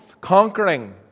conquering